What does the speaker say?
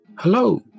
Hello